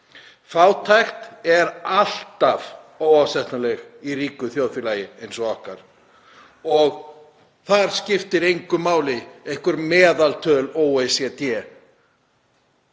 Fátækt er alltaf óásættanleg í ríku þjóðfélagi eins og okkar og þar skipta engu máli einhver meðaltöl OECD.